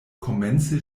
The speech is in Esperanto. komence